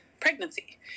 pregnancy